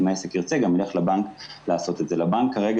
אם העסק ירצה גם ילך לבנק לעשות את זה.